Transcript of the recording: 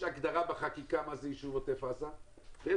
יש הגדרה בחקיקה מה זה ישוב עוטף עזה שהיא